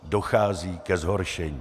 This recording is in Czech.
Dochází ke zhoršení.